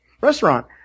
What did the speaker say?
Restaurant